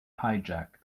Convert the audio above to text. hijack